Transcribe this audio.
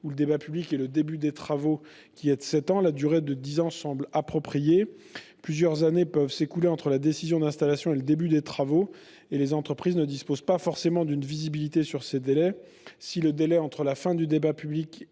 ou le débat public et le début des travaux, qui est de sept ans. La durée de dix ans semble donc appropriée. En effet, alors que plusieurs années peuvent s'écouler entre la décision d'installation et le début des travaux, les entreprises ne disposent pas forcément d'une parfaite visibilité sur ces délais. Si le délai entre la fin du débat public